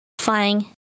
Flying